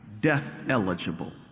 death-eligible